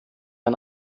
ein